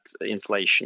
inflation